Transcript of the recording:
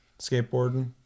skateboarding